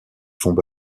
fonts